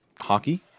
hockey